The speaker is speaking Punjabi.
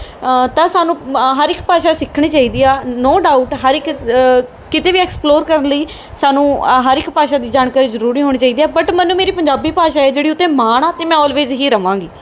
ਤਾਂ ਸਾਨੂੰ ਹਰ ਇੱਕ ਭਾਸ਼ਾ ਸਿੱਖਣੀ ਚਾਹੀਦੀ ਆ ਨੋ ਡਾਊਟ ਹਰ ਇੱਕ ਕਿਤੇ ਵੀ ਐਕਸਪਲੋਰ ਕਰਨ ਲਈ ਸਾਨੂੰ ਹਰ ਇੱਕ ਭਾਸ਼ਾ ਦੀ ਜਾਣਕਾਰੀ ਜ਼ਰੂਰੀ ਹੋਣੀ ਚਾਹੀਦੀ ਹੈ ਬਟ ਮੈਨੂੰ ਮੇਰੀ ਪੰਜਾਬੀ ਭਾਸ਼ਾ ਜਿਹੜੀ ਏ ਉਹ 'ਤੇ ਮਾਣ ਆ ਅਤੇ ਮੈਂ ਆਲਵੇਜ਼ ਹੀ ਰਵਾਂਗੀ